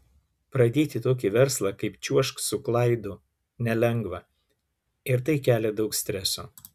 pradėti tokį verslą kaip čiuožk su klaidu nelengva ir tai kelia daug streso